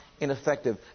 ineffective